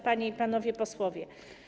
Panie i Panowie Posłowie!